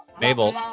Mabel